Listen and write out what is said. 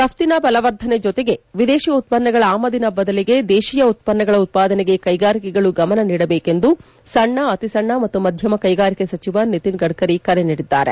ರಫ್ತಿನ ಬಲವರ್ಧನೆ ಜತೆಗೆ ವಿದೇಶಿ ಉತ್ವನ್ನಗಳ ಆಮದಿನ ಬದಲಿಗೆ ದೇಶೀಯ ಉತ್ವನ್ನಗಳ ಉತ್ಪಾದನೆಗೆ ಕೈಗಾರಿಕೆಗಳು ಗಮನ ನೀಡಬೇಕೆಂದು ಸಣ್ಣ ಅತಿಸಣ್ಣ ಮತ್ತು ಮಧ್ಯಮ ಕೈಗಾರಿಕೆ ಸಚಿವ ನಿತಿನ್ ಗಡ್ಕರಿ ಕರೆ ನೀಡಿದ್ದಾರೆ